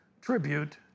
tribute